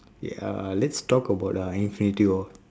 ya uh let's talk about uh infinity war